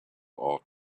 ought